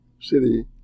city